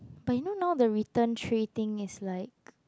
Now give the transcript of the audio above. but you know now the return tray thing is like